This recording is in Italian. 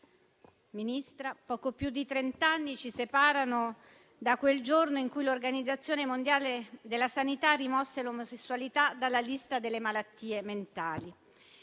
Ministra, poco più di trent'anni ci separano dal giorno in cui l'Organizzazione mondiale della sanità rimosse l'omosessualità dalla lista delle malattie mentali.